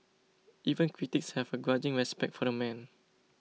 even critics have a grudging respect for the man